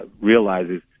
realizes